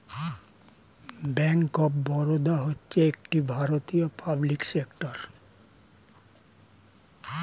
bank of Baroda হচ্ছে একটি ভারতীয় পাবলিক সেক্টর ব্যাঙ্ক